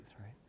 right